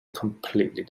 completely